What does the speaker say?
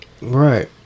Right